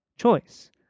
choice